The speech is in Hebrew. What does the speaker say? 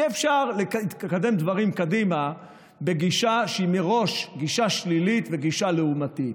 אי-אפשר לקדם דברים קדימה בגישה שהיא מראש גישה שלילית וגישה לעומתית.